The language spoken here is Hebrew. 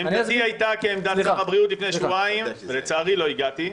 עמדתי הייתה כעמדת שר הבריאות לפני שבועיים ולצערי לא הגעתי.